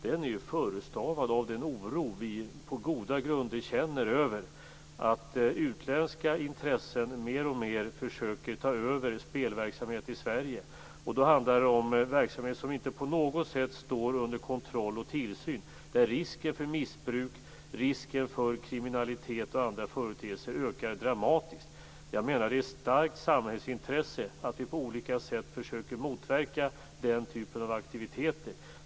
Den är förestavad av den oro vi på goda grunder känner över att utländska intressen mer och mer försöker ta över spelverksamhet i Sverige. Det handlar om verksamhet som inte på något sätt står under kontroll och tillsyn, där risken för missbruk, kriminalitet och andra företeelser ökar dramatiskt. Jag menar att det är ett starkt samhällsintresse att vi på olika sätt försöker motverka den typen av aktiviteter.